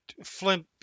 Flimp